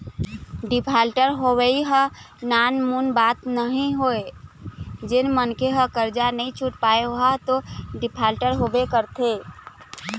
defaulter होवई ह नानमुन बात नोहय जेन मनखे ह करजा नइ छुट पाय ओहा तो डिफाल्टर होबे करथे